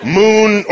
moon